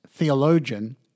theologian